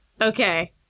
Okay